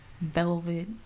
velvet